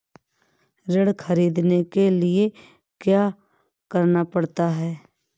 ऋण ख़रीदने के लिए क्या करना पड़ता है?